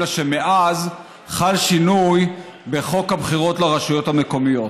אלא שמאז חל שינוי בחוק הבחירות לרשויות המקומיות.